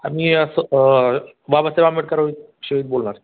आम्ही असं बाबासाहेब आंबेडकर विषयी बोलणार